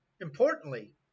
importantly